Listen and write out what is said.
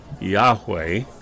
yahweh